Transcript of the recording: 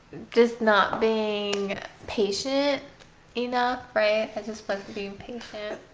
just not being patient enough. right. i just wasn't being patient